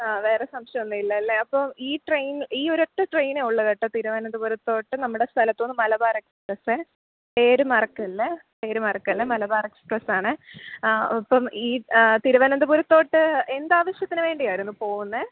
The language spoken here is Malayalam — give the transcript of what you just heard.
ആ വേറെ സംശയം ഒന്നും ഇല്ലല്ലേ അപ്പോൾ ഈ ട്രെയിൻ ഈ ഒരൊറ്റ ട്രെയിനെ ഉള്ളൂ കേട്ടോ തിരുവനന്തപുരത്തോട്ട് നമ്മടെ സ്ഥലത്തുനിന്ന് മലബാർ എക്സ്പ്രെസ്സെ പേര് മറക്കല്ലേ പേര് മറക്കല്ലെ മലബാർ എക്സ്പ്രെസ്സ് ആണെ അപ്പം ഈ തിരുവനന്തപുരത്തോട്ട് എന്ത് ആവശ്യത്തിന് വേണ്ടി ആയിരുന്നു പോവുന്നെ